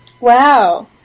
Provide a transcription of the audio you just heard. Wow